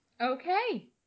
Okay